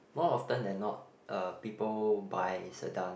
more often than not uh people buy Sedan